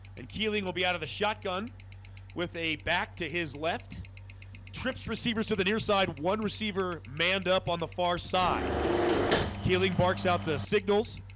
and kealing will be out of the shotgun with a back to his left trips receivers to the near side one receiver manned up on the far side keeling barks out the signals